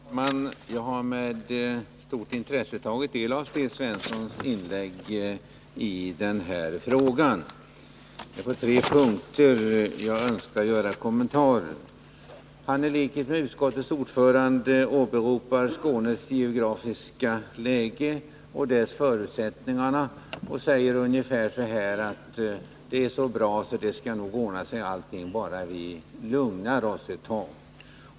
Herr talman! Jag har med stort intresse tagit del av Sten Svenssons inlägg och önskar kommentera det på tre punkter. I likhet med utskottets ordförande åberopar Sten Svensson Skånes geografiska läge och de förutsättningar detta ger, och han säger ungefär så här: Det är så bra att allting nog skall ordna sig bara vi lugnar oss ett tag.